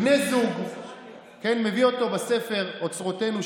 מביאים אותו בספר "אוצרותינו",